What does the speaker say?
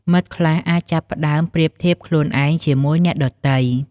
មិត្តខ្លះអាចចាប់ផ្ដើមប្រៀបធៀបខ្លួនឯងជាមួយអ្នកដទៃ។